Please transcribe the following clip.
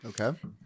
Okay